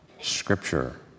Scripture